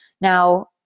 Now